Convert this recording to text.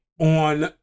On